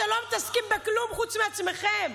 אתם לא מתעסקים בכלום חוץ מעצמכם.